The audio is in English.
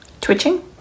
twitching